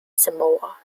samoa